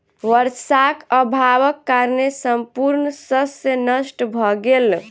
वर्षाक अभावक कारणेँ संपूर्ण शस्य नष्ट भ गेल